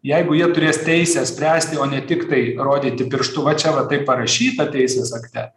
jeigu jie turės teisę spręsti o ne tiktai rodyti pirštu va čia va taip parašyta teisės akte